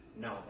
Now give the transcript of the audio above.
no